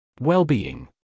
Well-being